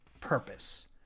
purpose